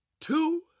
two